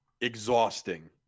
exhausting